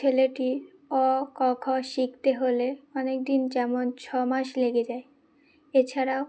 ছেলেটি অ আ ক খ শিখতে হলে অনেক দিন যেমন ছ মাস লেগে যায় এছাড়াও